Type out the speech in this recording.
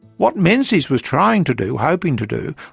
what menzies was trying to do, hoping to do,